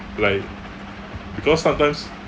like because sometimes